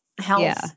health